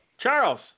Charles